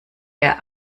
der